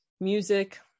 music